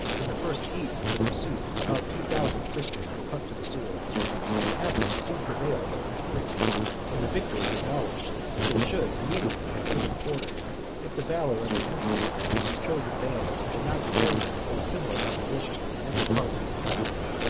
in the first heat of the pursuit, about two thousand christians were put to the sword but avarice soon prevailed over cruelty and the victors acknowledged, that they should immediately have given quarter if the valor of the emperor and his chosen bands had not prepared them for a similar opposition in every part of the capital.